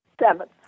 Seven